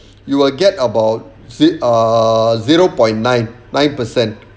you will get about err zero point nine nine percent